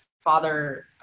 father